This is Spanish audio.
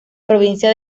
provincia